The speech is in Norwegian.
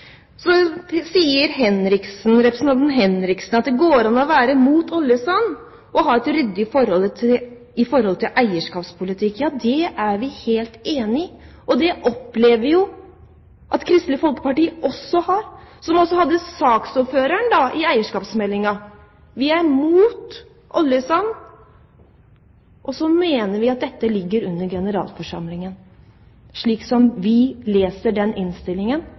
Så sier representanten Henriksen at det går an å være imot oljesandvirksomhet og ha et ryddig forhold til eierskapspolitikk. Ja, det er vi helt enig i, og det opplever vi jo at Kristelig Folkeparti også har, som også hadde saksordføreren ved behandlingen av eierskapsmeldingen. Vi er imot oljesandvirksomhet. Og så mener vi at dette ligger under generalforsamlingen, slik vi leser innstillingen